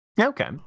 Okay